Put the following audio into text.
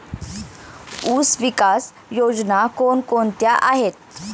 ऊसविकास योजना कोण कोणत्या आहेत?